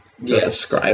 yes